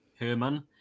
Herman